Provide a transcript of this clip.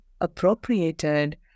appropriated